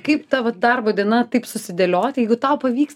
kaip tavo darbo diena taip susidėliot jeigu tau pavyks